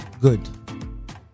Good